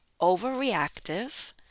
overreactive